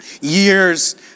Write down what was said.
Years